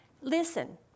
listen